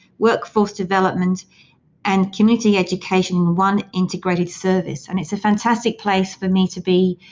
workforce development and community education in one integrated service. and it's a fantastic place for me to be,